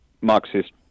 Marxist